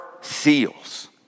seals